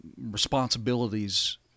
responsibilities